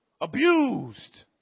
Abused